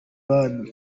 ban